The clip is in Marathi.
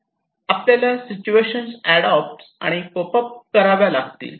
आपल्याला सिच्युएशन ऍडॉप्ट आणि कोप अप कराव्या लागतील